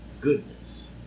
goodness